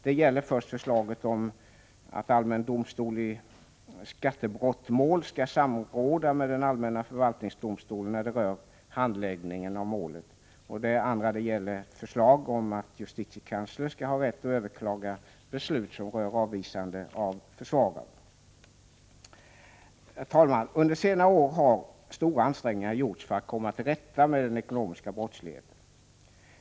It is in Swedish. Det gäller för det första förslaget om att allmän domstol i skattebrottmål skall samråda med den allmänna förvaltningsdomstolen rörande handläggningen av målet. För det andra gäller det förslaget att justitiekanslern skall ha rätt att överklaga beslut som rör avvisande av försvarare. Herr talman! Under senare år har stora ansträngningar gjorts för att komma till rätta med den ekonomiska brottsligheten.